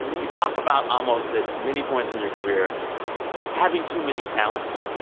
you talk about almost at many points in your career having too many talents.